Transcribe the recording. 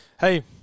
Hey